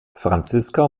franziska